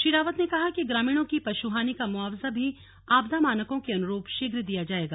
श्री रावत ने कहा कि ग्रामीणों की पशुहानि का मुआवजा भी आपदा मानकों के अनुरूप शीघ्र दिया जाएगा